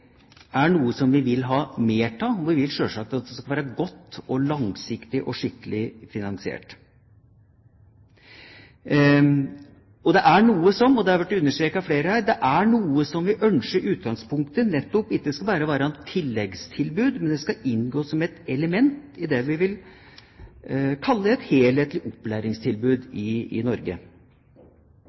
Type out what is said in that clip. er noe vi vil ha mer av. Vi vil selvsagt at det skal være godt og langsiktig og skikkelig finansiert. Og det er noe som – det har blitt understreket av flere her – vi ønsker i utgangspunktet ikke bare skal være et tilleggstilbud, men det skal inngå som et element i det vi vil kalle et helhetlig opplæringstilbud i Norge.